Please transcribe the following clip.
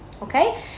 Okay